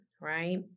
right